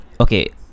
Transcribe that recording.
Okay